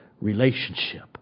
relationship